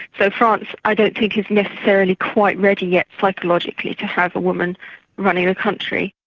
so france, i don't think, is necessarily quite ready yet psychologically, to have a woman running a country.